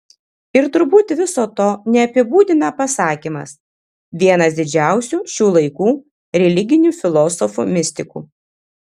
ir turbūt viso to neapibūdina pasakymas vienas didžiausių šių laikų religinių filosofų mistikų